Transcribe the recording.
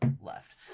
left